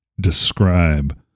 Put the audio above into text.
describe